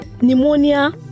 pneumonia